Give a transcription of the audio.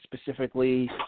specifically